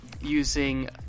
Using